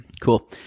Cool